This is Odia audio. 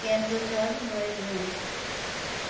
କେନ୍ଦୁଝର ମୟୂୁରଭଞ୍ଜ